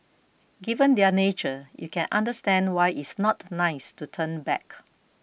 given their nature you can understand why it's not nice to turn back